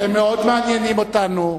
הם מאוד מעניינים אותנו,